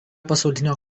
pasaulinio